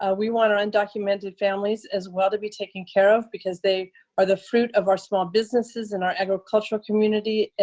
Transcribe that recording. ah we want our undocumented families as well to be taken care of because they are the fruit of our small businesses in our agricultural community,